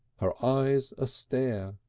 her eyes a-stare,